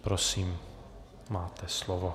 Prosím, máte slovo.